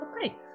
okay